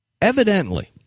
Evidently